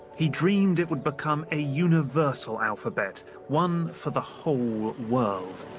he dreamed it would become a universal alphabet, one for the whole world.